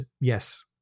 yes